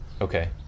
Okay